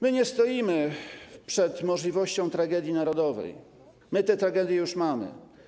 My nie stoimy przed możliwością tragedii narodowej, my tę tragedię już mamy.